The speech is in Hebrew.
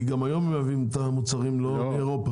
כי גם היום מייבאים את המוצרים לא מאירופה.